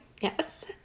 Yes